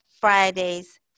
Fridays